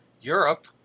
Europe